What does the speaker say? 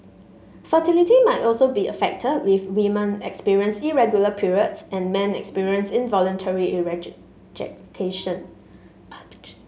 fertility may also be affected if women experience irregular periods and men experience involuntary